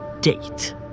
date